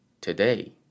Today